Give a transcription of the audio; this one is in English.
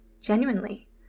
genuinely